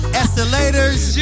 escalators